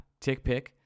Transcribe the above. TickPick